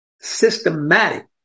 systematic